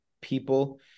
people